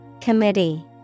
Committee